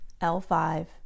l5